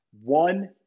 one